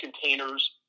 containers